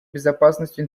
безопасностью